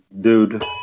dude